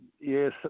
yes